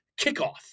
kickoff